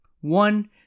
One